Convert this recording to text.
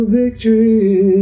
victory